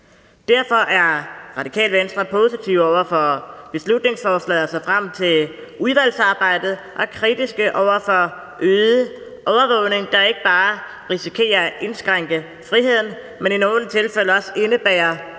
Derfor er Radikale Venstre positive over for beslutningsforslaget og ser frem til udvalgsarbejdet og er kritiske over for øget overvågning, der ikke bare risikerer at indskrænke friheden, men i nogle tilfælde også indebærer